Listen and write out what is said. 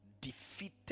defeated